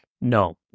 No